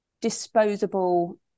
disposable